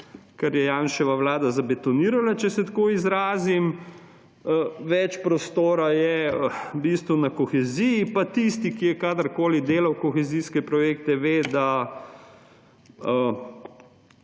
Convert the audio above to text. kar je Janševa vlada zabetonirala, če se tako izrazim, več prostora je v bistvu na koheziji. Pa tisti, ki je kadarkoli delal kohezijske projekte, ve, da